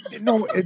No